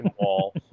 wall